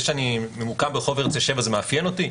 זה שאני ממוקם ברח' הרצל 7, זה מאפיין אותי?